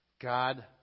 God